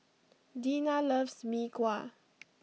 Deena loves Mee Kuah